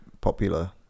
popular